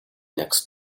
next